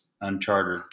unchartered